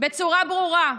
בצורה ברורה: